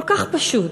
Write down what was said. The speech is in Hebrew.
כל כך פשוט,